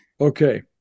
Okay